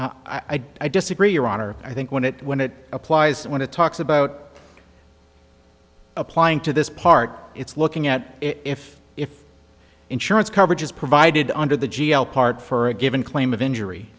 planes i disagree your honor i think when it when it applies when it talks about applying to this part it's looking at if if insurance coverage is provided under the g l part for a given claim of injury